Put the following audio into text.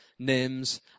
Names